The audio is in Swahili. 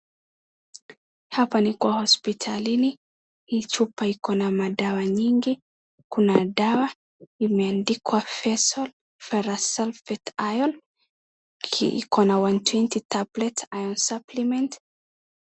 Hapa ni kwa hospitalini hii chupa ikona madawa mingi kuna dawa imeandikwa Feasol Ferrous Sulfate iron ikona 120 tablets iron supplement .